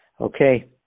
Okay